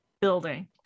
building